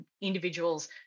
individuals